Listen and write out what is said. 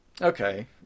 Okay